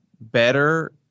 better